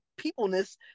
peopleness